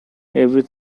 still